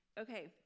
okay